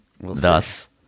Thus